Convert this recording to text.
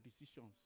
decisions